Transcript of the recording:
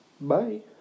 Bye